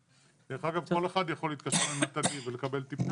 דרך אגב, כל אחד יכול להתקשר ל"נטלי" ולקבל טיפול.